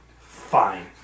Fine